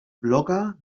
blogger